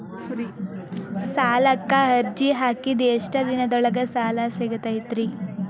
ಸಾಲಕ್ಕ ಅರ್ಜಿ ಹಾಕಿದ್ ಎಷ್ಟ ದಿನದೊಳಗ ಸಾಲ ಸಿಗತೈತ್ರಿ?